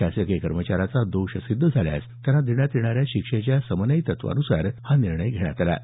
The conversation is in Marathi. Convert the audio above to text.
शासकीय कर्मचाऱ्याचा दोष सिद्ध झाल्यास त्यांना देण्यात येणाऱ्या शिक्षेच्या समन्यायी तत्त्वानुसार हा निर्णय घेण्यात आला आहे